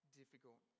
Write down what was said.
difficult